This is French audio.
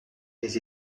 des